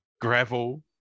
Gravel